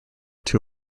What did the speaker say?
two